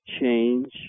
change